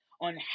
on